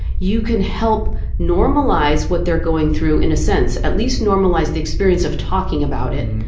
you can help normalize what they're going through in a sense at least normalize the experience of talking about it,